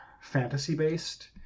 fantasy-based